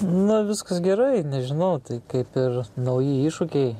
na viskas gerai nežinau tai kaip ir nauji iššūkiai